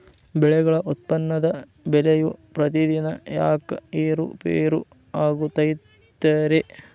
ಬೆಳೆಗಳ ಉತ್ಪನ್ನದ ಬೆಲೆಯು ಪ್ರತಿದಿನ ಯಾಕ ಏರು ಪೇರು ಆಗುತ್ತೈತರೇ?